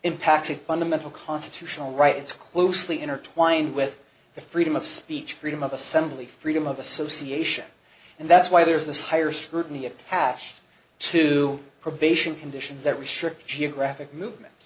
impacts a fundamental constitutional rights closely intertwined with the freedom of speech freedom of assembly freedom of association and that's why there is this higher scrutiny attash to probation conditions that restrict geographic movement